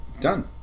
done